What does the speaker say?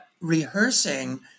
rehearsing